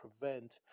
prevent